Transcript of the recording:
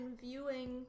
viewing